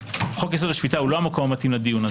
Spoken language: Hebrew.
חוק-יסוד: השפיטה הוא לא המקום המתאים לדיון הזה,